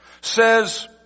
says